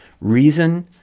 Reason